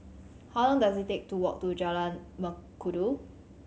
how long dose it take to walk to Jalan Mengkudu